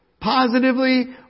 Positively